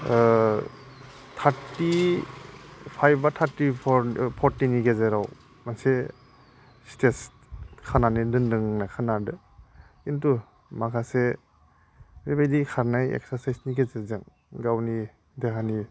thirty five बा thirty four फर्टिनि गेजेराव मोनसे स्टेज खानानै दोन्दों होननाय खोनादों किन्तु माखासे बेबायदि खारनाय एक्सारसाइसनि गेजेरजों गावनि देहानि